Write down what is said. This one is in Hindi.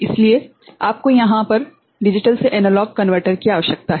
इसलिए आपको यहाँ पर डिजिटल से एनालॉग कनवर्टर की आवश्यकता है